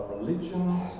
religions